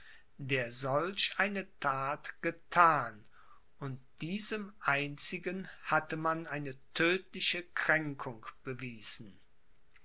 der solch eine that gethan und diesem einzigen hatte man eine tödtliche kränkung bewiesen